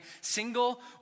single